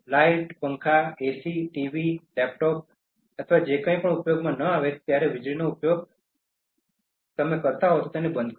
light પંખા AC TV laptop અથવા જે કંઈપણ ઉપયોગમાં ન આવે ત્યારે વીજળીનો ઉપયોગ કરે છે તેને બંધ કરો